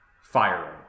firing